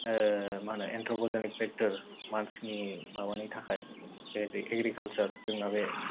मा होनो anthropogenic factor मानसिनि माबानि थाखाय एग्रिकालसार जोंना बे